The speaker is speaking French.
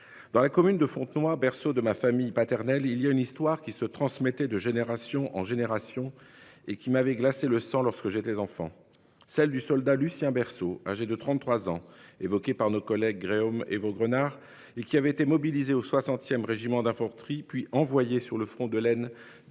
Dans la commune de Fontenoy, berceau de ma famille paternelle, il y a une histoire qui se transmettait de génération en génération et qui m'avait glacé le sang lorsque j'étais enfant, celle du soldat Lucien berceau un jet de 33 ans, évoquée par nos collègues et Vaugrenard et qui avait été mobilisés au 60ème régiment d'infanterie puis envoyé sur le front de laine